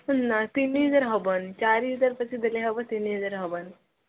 ନା ତିନି ହଜାର ହେବନି ଚାରି ହଜାର ପଛେ ଦେଲେ ହେବ ତିନି ହଜାର ହେବନି